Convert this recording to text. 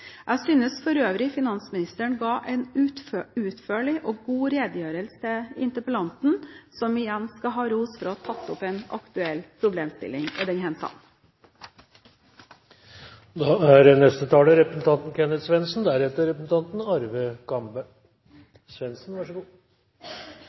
Jeg imøteser denne utredningen. Jeg synes for øvrig finansministeren ga en utførlig og god redegjørelse til interpellanten, som igjen skal ha ros for å ha tatt opp en aktuell problemstilling i denne salen. Jeg vil føye meg inn i rekken av dem som skryter av at representanten